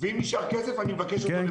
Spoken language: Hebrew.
ואם נשאר כסף, אני מבקש אותו למצלמות.